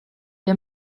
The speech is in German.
wir